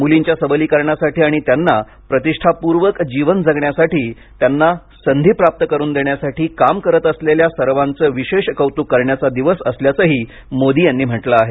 मुलींच्या सबलीकरणासाठी आणि त्यांना प्रतिष्ठापूर्वक जीवन जगण्यासाठी त्यांना संधी प्राप्त करून देण्यासाठी काम करीत असलेल्या सर्वांचे विशेष कौतुक करण्याचा दिवस असल्याचंही मोदी यांनी म्हटलं आहे